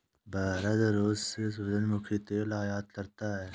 भारत रूस से सूरजमुखी तेल आयात करता हैं